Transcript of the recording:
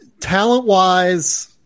talent-wise